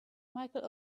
michael